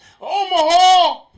Omaha